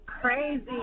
crazy